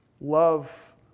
Love